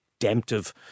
redemptive